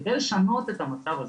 כדי לשנות את המצב הזה,